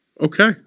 Okay